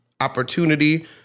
Opportunity